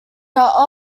are